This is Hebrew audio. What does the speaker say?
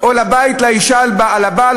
או בבית: לאישה על הבעל,